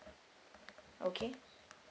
okay